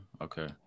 Okay